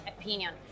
opinion